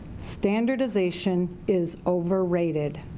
standardization is over-rated.